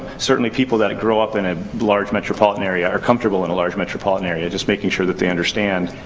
certainly, people that grow up in a large metropolitan area are comfortable in a large metropolitan area. just making sure that they understand,